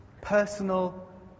personal